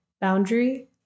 boundary